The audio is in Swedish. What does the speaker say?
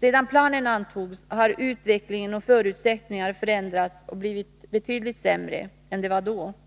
Sedan 41 planen antogs har utvecklingen och förutsättningarna förändrats och blivit betydligt sämre än de var då.